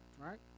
right